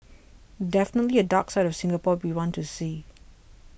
definitely a dark side of Singapore we want to see